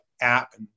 app